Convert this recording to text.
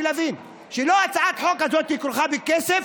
ולהבין שלא שהצעת החוק הזאת כרוכה בכסף.